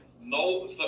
No